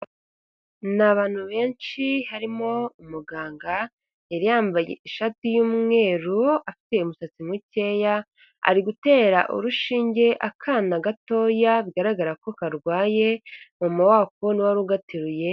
Ni abantu benshi harimo umuganga, yari yambaye ishati y'umweru afite umusatsi mucyeya. Ari gutera urushinge akana gatoya bigaragara ko karwaye, mama wako niwe wari ugateruye.